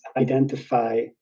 identify